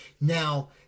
Now